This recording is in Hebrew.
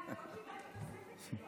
ראויים, שהיה עדיף לחסוך מהמשכן הזה.